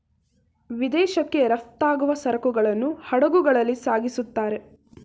ವಿದೇಶಕ್ಕೆ ರಫ್ತಾಗುವ ಸರಕುಗಳನ್ನು ಹಡಗುಗಳಲ್ಲಿ ಸಾಗಿಸುತ್ತಾರೆ